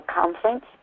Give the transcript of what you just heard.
conference